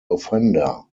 offender